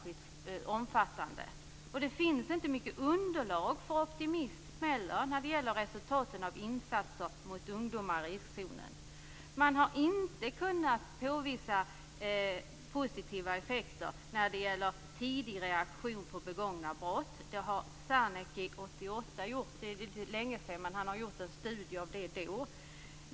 Det finns inte mycket underlag för optimism i resultaten av insatser mot ungdomar i riskzonen. Man har inte kunnat påvisa positiva effekter på tidig reaktion på begångna brott. Sarnecki gjorde en studie 1988.